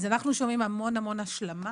אז אנחנו שומעים המון המון השלמה,